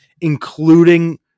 including